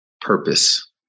purpose